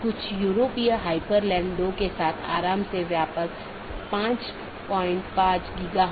तो मुख्य रूप से ऑटॉनमस सिस्टम मल्टी होम हैं या पारगमन स्टब उन परिदृश्यों का एक विशेष मामला है